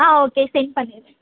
ஆ okay sent பண்ணிடுறேன்